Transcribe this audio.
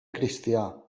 cristià